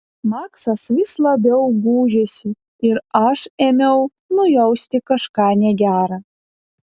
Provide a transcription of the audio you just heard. maksas vis labiau gūžėsi ir aš ėmiau nujausti kažką negera